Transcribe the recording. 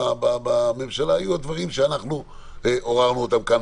שתוקנו בממשלה היו דברים שאנחנו עוררנו אותם כאן,